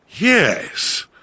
Yes